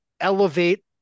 elevate